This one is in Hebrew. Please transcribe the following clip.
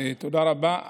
תודה רבה.